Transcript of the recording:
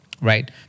right